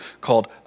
called